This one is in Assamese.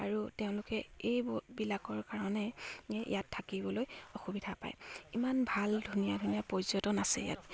আৰু তেওঁলোকে এইবিলাকৰ কাৰণে ইয়াত থাকিবলৈ অসুবিধা পায় ইমান ভাল ধুনীয়া ধুনীয়া পৰ্যটন আছে ইয়াত